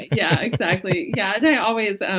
yeah, exactly, yeah. and i always, ah